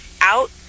out